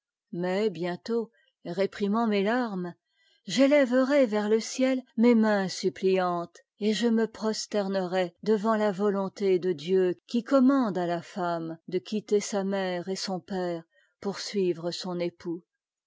mais bientôt répri mant mes larmes j'élèverai vers le ciel mes mains suppliantes et je me prosternerai devant la vo onté de dieu qui commande à ta femme de quitter sa mère et son père pour suivre son époux